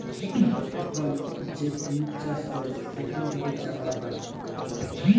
এখল যে কুমির চাষ ক্যরে সেখাল থেক্যে চামড়া পায়